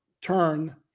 turn